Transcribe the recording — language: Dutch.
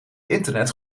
internet